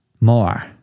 more